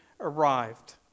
arrived